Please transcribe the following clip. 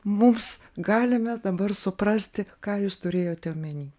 mums galime dabar suprasti ką jūs turėjote omeny